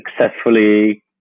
Successfully